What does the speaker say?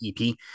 EP